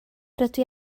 rydw